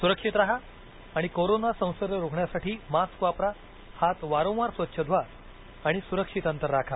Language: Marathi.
सुक्षित राहा आणि कोरोना संसर्ग रोखण्यासाठी मास्क वापरा हात वारंवार स्वच्छ धुवा आणि सुरक्षित अंतर राखा